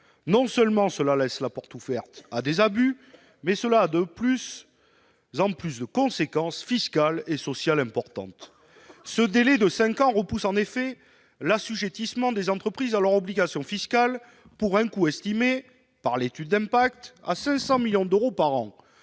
une telle mesure laisse la porte ouverte à des abus, mais elle a des conséquences fiscales et sociales de plus en plus importantes. Ce délai de cinq ans repousse en effet l'assujettissement des entreprises à leur obligation fiscale, pour un coût estimé par l'étude d'impact à 500 millions d'euros par an.